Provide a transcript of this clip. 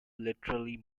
literally